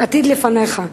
עתיד גדול מאוד לפניך,